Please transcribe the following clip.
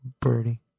Birdie